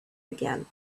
again